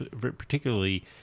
particularly